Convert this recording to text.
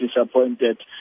disappointed